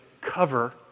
cover